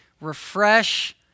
Refresh